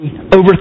overthrow